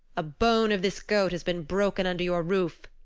a bone of this goat has been broken under your roof,